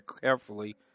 carefully